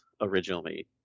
originally